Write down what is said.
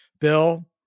Bill